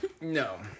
no